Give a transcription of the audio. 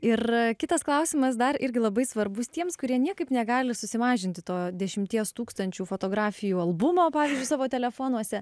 ir kitas klausimas dar irgi labai svarbus tiems kurie niekaip negali susimažinti to dešimties tūkstančių fotografijų albumo pavyzdžiui savo telefonuose